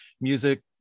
music